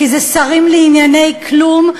כי זה שרים לענייני כלום,